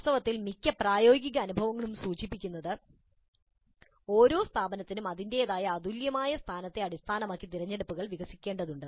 വാസ്തവത്തിൽ മിക്ക പ്രായോഗിക അനുഭവങ്ങളും സൂചിപ്പിക്കുന്നത് ഓരോ സ്ഥാപനത്തിനും അതിന്റേതായ അതുല്യമായ സ്ഥാനത്തെ അടിസ്ഥാനമാക്കി തിരഞ്ഞെടുപ്പുകൾ വികസിക്കേണ്ടതുണ്ട്